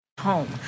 Home